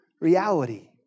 reality